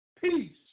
peace